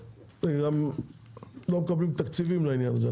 והם גם לא מקבלים תקציבים לעניין הזה.